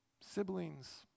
siblings